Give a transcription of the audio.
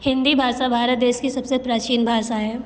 हिन्दी भाषा भारत देश की सब से प्राचीन भाषा है